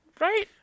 Right